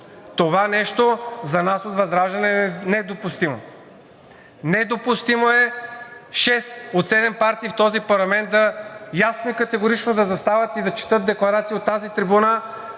Това нещо за нас от ВЪЗРАЖДАНЕ е недопустимо. Недопустимо е шест от седем партии в този парламент ясно и категорично да застават и да четат декларации от тази трибуна,